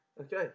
Okay